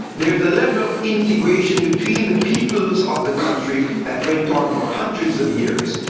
there is a level of integration between the peoples of the country that went on for hundreds of years.